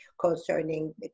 concerning